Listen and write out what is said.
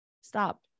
Stop